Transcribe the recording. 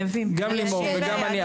גם לימור וגם אני,